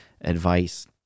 advice